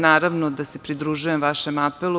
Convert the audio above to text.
Naravno da se pridružujem vašem apelu.